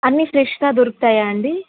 అన్నీ ఫ్రెష్గా దొరుకుతాయా అండి